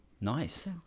nice